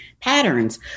patterns